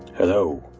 hello,